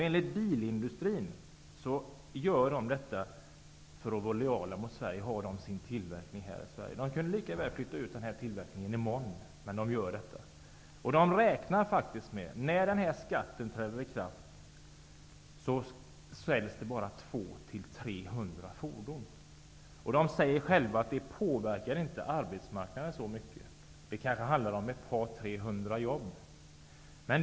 Enligt bilindustrin vill tillverkarna vara lojala mot Sverige och bedriva sin produktion här. Tillverkningen kunde flyttas utomlands redan i dag, om företagen så ville. Tillverkarna räknar med att när den föreslagna skatten träder i kraft kommer det att säljas bara 200--300 tunga fordon i Sverige. De säger själva att det påverkar inte deras arbetsstyrka så mycket -- det handlar kanske om 200--300 jobb.